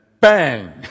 bang